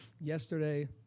yesterday